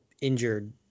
injured